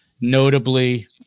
notably